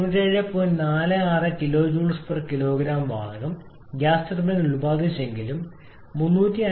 46 kJ kg വാതകം gas turbine ഉൽപാദിപ്പിച്ചെങ്കിലും 305